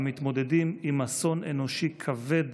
המתמודדים עם אסון אנושי כבד